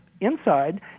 inside